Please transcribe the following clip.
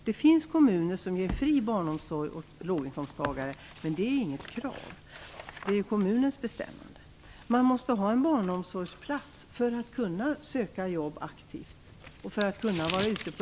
Det finns kommuner som ger fri barnomsorg åt låginkomsttagare, men det är inget krav. Det är kommunen som bestämmer det. Man måste ha en barnomsorgsplats för att aktivt kunna söka jobb.